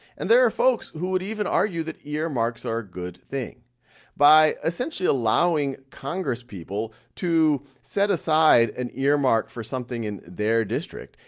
and there are folks who would even argue that earmarks are a good thing by essentially allowing congresspeople to set aside an earmark for something in their district.